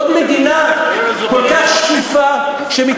עוד מדינה כל כך שקופה,